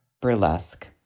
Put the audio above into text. Burlesque